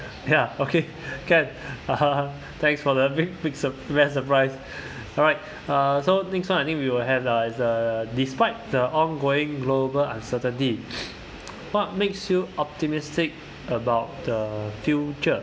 ya okay can thanks for the big big best surprise alright uh so next one I think we will have the the despite the ongoing global uncertainty what makes you optimistic about the future